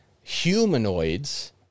humanoids